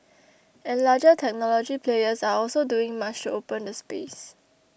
and larger technology players are also doing much to open the space